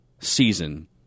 season